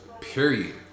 period